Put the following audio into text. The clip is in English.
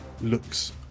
looks